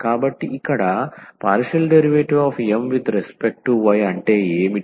కాబట్టి ఇక్కడ ∂M∂y అంటే ఏమిటి